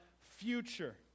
future